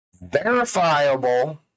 Verifiable